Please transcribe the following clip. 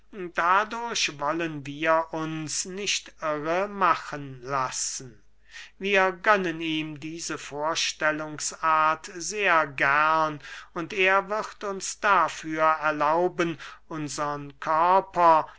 dadurch wollen wir uns nicht irre machen lassen wir gönnen ihm diese vorstellungsart sehr gern und er wird uns dafür erlauben unsern körper